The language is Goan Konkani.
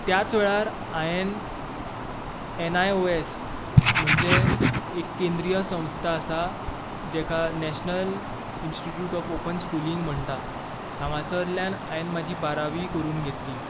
त्याच वेळार हायेंन एन आय ओ एस म्हणजे एक केंद्रीय संस्था आसा जेका National Institute of Open Schooling म्हणटात हांगासल्यान हायेंन म्हजी बारावी करून घेतली